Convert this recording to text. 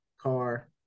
car